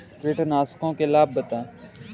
कीटनाशकों के लाभ बताएँ?